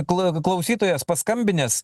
kl klausytojas paskambinęs